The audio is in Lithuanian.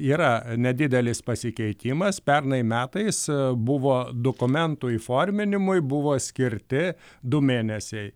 yra nedidelis pasikeitimas pernai metais buvo dokumentų įforminimui buvo skirti du mėnesiai